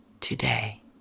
today